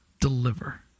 deliver